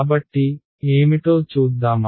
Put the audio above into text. కాబట్టి ఏమిటో చూద్దామా